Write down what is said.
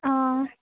অ